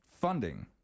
funding